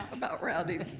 about rounding,